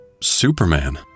Superman